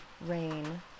rain